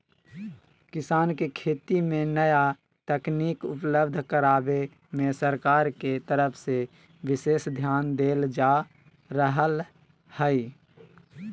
किसान के खेती मे नया तकनीक उपलब्ध करावे मे सरकार के तरफ से विशेष ध्यान देल जा रहल हई